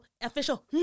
Official